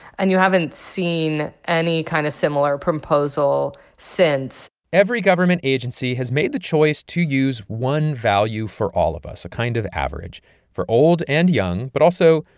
and you haven't seen any kind of similar proposal since every government agency has made the choice to use one value for all of us. a kind of average for old and young, but also,